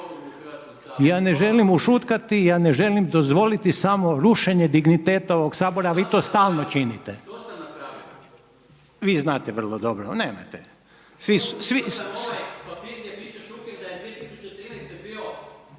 Ja ne želim ušutkati, ja ne želim dozvoliti samo rušenje digniteta ovog Sabora a vi to stalno činite. **Maras, Gordan